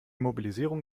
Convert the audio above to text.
mobilisierung